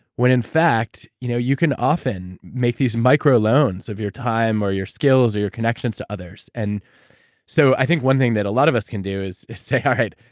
when in fact, you know you can often make these micro loans of your time or your skills or your connection to others. and so, i think one thing that a lot of us can do is say, all right,